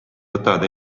võtavad